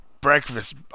Breakfast